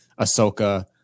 ahsoka